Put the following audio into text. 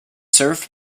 served